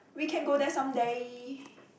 we can go there some day